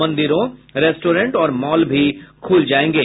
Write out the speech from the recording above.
मंदिरों रेस्टोरेंट और मॉल भी खूल जायेंगे